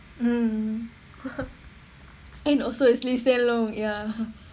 mm and also it's lee hsien loong ya